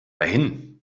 hin